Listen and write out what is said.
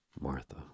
Martha